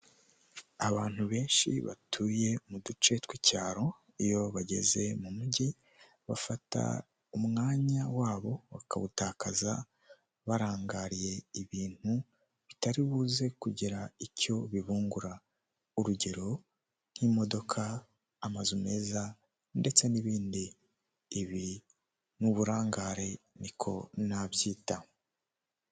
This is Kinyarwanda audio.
Uyu ni umugore ubona usa nkukuze umurebye neza ku maso he harakeye cyane, yambaye amadarubindi ndetse n'ikote ry'umukara n'ishati y'ubururu umusatsi we urasokoje.